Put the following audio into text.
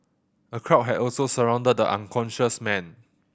a crowd had also surrounded the unconscious man